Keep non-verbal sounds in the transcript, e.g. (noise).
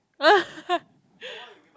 (laughs)